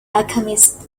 alchemist